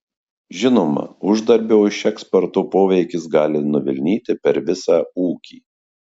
žinoma uždarbio iš eksporto poveikis gali nuvilnyti per visą ūkį